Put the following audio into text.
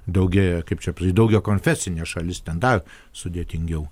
daugėja kaip čia daugiakonfesinė šalis ten dar sudėtingiau